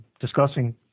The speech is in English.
discussing